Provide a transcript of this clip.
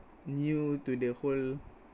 new to the whole